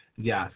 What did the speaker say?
Yes